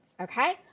okay